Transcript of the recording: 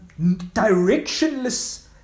directionless